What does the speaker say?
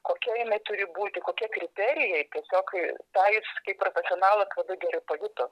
kokia jinai turi būti kokie kriterijai tiesiog į tais kaip profesionalas labai gerai pajuto